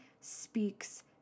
speaks